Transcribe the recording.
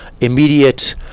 Immediate